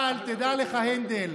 אבל תדע לך, הנדל,